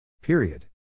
Period